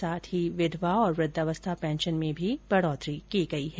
साथ ही विधवा और वुद्वावस्था पेंशन में भी बढ़ोतरी की गई है